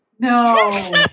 No